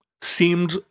seemed